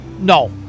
no